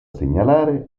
segnalare